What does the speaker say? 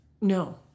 No